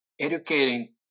educating